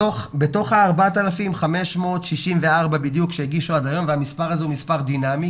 בתוך ה-4,564 שהגישו עד היום והמספר הזה הוא מספר דינמי